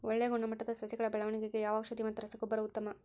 ಒಳ್ಳೆ ಗುಣಮಟ್ಟದ ಸಸಿಗಳ ಬೆಳವಣೆಗೆಗೆ ಯಾವ ಔಷಧಿ ಮತ್ತು ರಸಗೊಬ್ಬರ ಉತ್ತಮ?